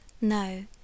NO